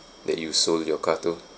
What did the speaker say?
that you sold your car to